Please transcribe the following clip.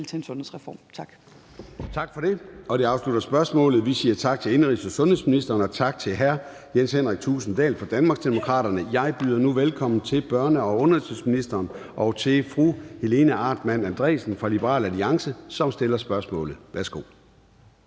til en sundhedsreform. Tak.